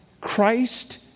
Christ